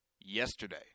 yesterday